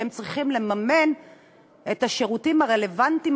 שהם צריכים לממן את השירותים הרלוונטיים